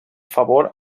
favor